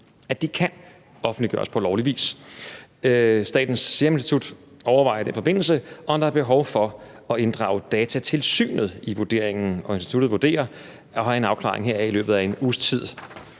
at de kan offentliggøres på lovlig vis. Statens Serum Institut overvejer i den forbindelse, om der er behov for at inddrage Datatilsynet i vurderingen. Og instituttet vurderer, at de har en afklaring heraf i løbet af en uges tid.